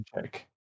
check